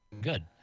good